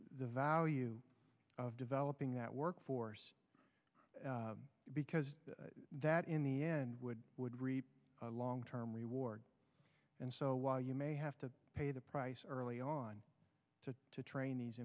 the value of developing that workforce because that in the end would would reap long term reward and so while you may have to pay the price early on to train these